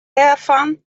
dêrfan